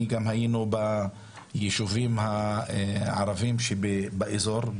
היינו בישובים הערבים באזור,